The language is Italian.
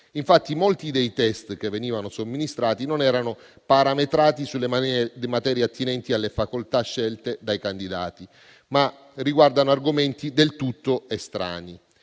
Infatti, molti dei *test* che venivano somministrati non erano parametrati sulle materie attinenti alle facoltà scelte dai candidati, ma riguardavano argomenti del tutto estranei.